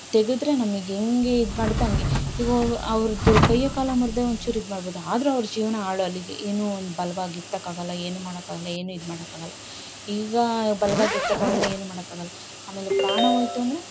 ತೆಗೆದ್ರೆ ನಮಗ್ ಹೆಂಗೆ ಇದು ಮಾಡುತ್ತೆ ಹಂಗೆ ಈಗ ಒ ಅವ್ರದು ಕೈಯೋ ಕಾಲೋ ಮುರ್ದಾಗ ಒಂಚೂರು ಇದು ಮಾಡ್ಬೋದು ಆದರು ಅವ್ರ ಜೀವನ ಹಾಳು ಅಲ್ಲಿಗೆ ಏನು ಬಲ್ವಾಗಿ ಎತ್ತಕಾಗೋಲ್ಲ ಏನು ಮಾಡೋಕಾಗಲ್ಲ ಏನು ಇದು ಮಾಡೋಕಾಗಲ ಈಗ ಬಲ್ವಾಗಿ ಎತ್ತೋಕಾಗಲ್ಲ ಏನು ಮಾಡೋಕಾಗಲ್ಲ ಆಮೇಲೆ ಪ್ರಾಣ ಹೋಯ್ತು ಅಂದರೆ